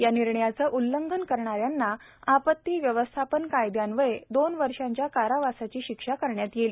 या निर्णयाचं उल्लंघन करणाऱ्याला आपती व्यवस्थापन कायद्यान्वये दोन वर्षाच्या कारावासाची शिक्षा करण्यात येईल